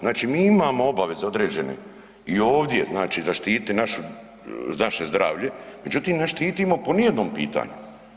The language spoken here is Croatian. Znači mi imamo obaveze određene i ovdje znači zaštititi naše zdravlje, međutim ne štitimo po nijednom pitanju.